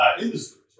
industries